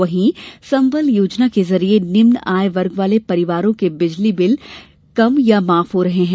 वही संबल योजना के जरिए निम्न आय वर्ग वाले परिवारों के बिजली के बिल कम या माफ हो रहे है